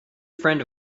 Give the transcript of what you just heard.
friend